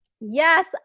Yes